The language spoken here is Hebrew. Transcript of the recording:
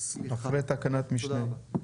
ותקנת משנה.